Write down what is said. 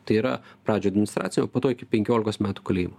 tai yra pradžioj administracija o po to iki penkiolikos metų kalėjimo